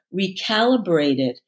recalibrated